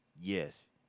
yes